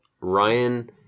ryan